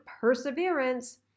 perseverance